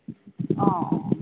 অঁ